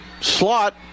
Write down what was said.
slot